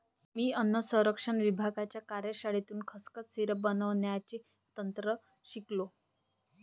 मी अन्न संरक्षण विभागाच्या कार्यशाळेतून खसखस सिरप बनवण्याचे तंत्र शिकलो